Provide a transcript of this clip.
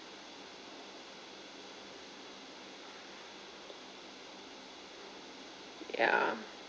ya